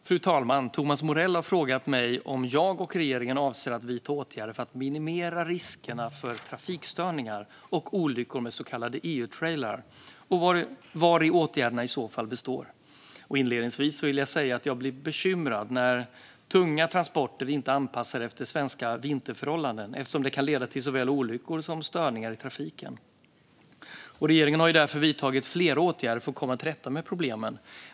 Fru talman! Thomas Morell har frågat mig om jag och regeringen avser att vidta åtgärder för att minimera riskerna för trafikstörningar och olyckor med så kallade EU-trailrar och vari åtgärderna i så fall består. Inledningsvis vill jag säga att jag blir bekymrad när tunga transporter inte är anpassade efter svenska vinterförhållanden, eftersom det kan leda till såväl olyckor som störningar i trafiken. Regeringen har därför vidtagit flera åtgärder för att komma till rätta med problemen.